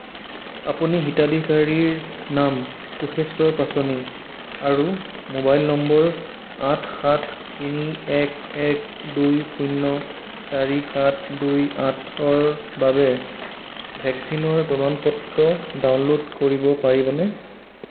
আপুনি হিতাধিকাৰীৰ নাম কোষেশ্বৰ পাছনি আৰু মোবাইল নম্বৰ আঠ সাত তিনি এক এক দুই শূণ্য চাৰি সাত দুই আঠৰ বাবে ভেকচিনৰ প্ৰমাণপত্ৰ ডাউনল'ড কৰিব পাৰিবনে